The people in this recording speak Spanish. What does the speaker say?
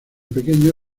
pequeño